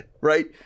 right